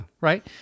Right